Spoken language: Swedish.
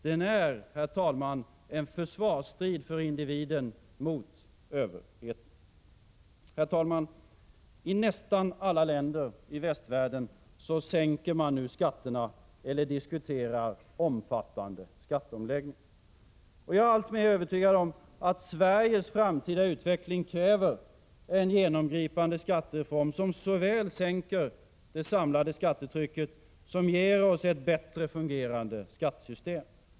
Den är, herr talman, en försvarsstrid för individen — mot överheten. Herr talman! I nästan alla länder i västvärlden sänker man nu skatterna eller diskuterar omfattande skatteomläggningar. Jag blir alltmer övertygad om att Sveriges framtida utveckling kräver en genomgripande skattereform, som såväl sänker det samlade skattetrycket som ger oss ett bättre fungerande skattesystem.